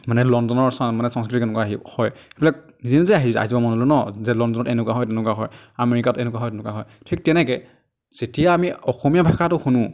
মানে লণ্ডনৰ মানে সংস্কৃতি কেনেকুৱা হয় সেইবিলাক নিজে নিজে আহি যায় মনলৈ ন যে লণ্ডনত এনেকুৱা হয় তেনেকুৱা হয় আমেৰিকাত এনেকুৱা হয় তেনেকুৱা হয় ঠিক তেনেকৈ যেতিয়া আমি অসমীয়া ভাষাটো শুনো